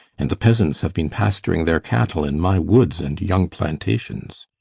and the peasants have been pasturing their cattle in my woods and young plantations.